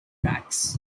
trax